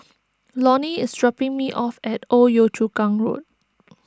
Lonny is dropping me off at Old Yio Chu Kang Road